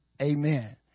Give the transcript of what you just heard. Amen